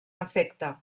efecte